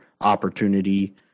opportunity